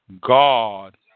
God